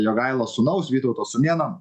jogailos sūnaus vytauto sūnėno